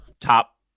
Top